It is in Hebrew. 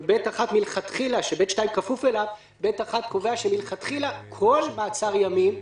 (ב1) קובע ש-(ב2) כפוף אליו שמלכתחילה כל מעצר ימים,